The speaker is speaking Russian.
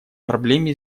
проблеме